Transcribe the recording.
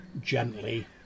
gently